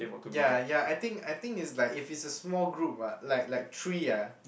ya ya I think I think is like if it's a small group ah like like three ah